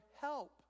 help